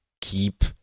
keep